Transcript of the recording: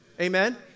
Amen